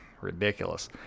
ridiculous